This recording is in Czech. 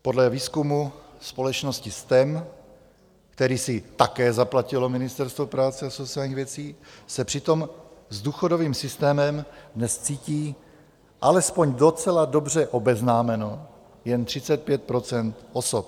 Podle výzkumu společnosti STEM, který si také zaplatilo Ministerstvo práce a sociálních věcí, se přitom s důchodovým systémem dnes cítí alespoň docela dobře obeznámeno jen 35 % osob.